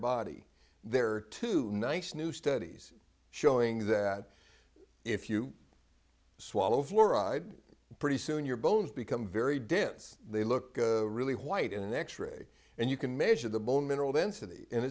body there are two nice new studies showing that if you swallow fluoride pretty soon your bones become very dense they look really white an x ray and you can measure the bone mineral density and